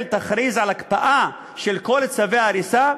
תכריז על הקפאה של כל צווי ההריסה,